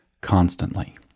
constantly